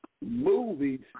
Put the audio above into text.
movies